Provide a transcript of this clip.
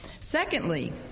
Secondly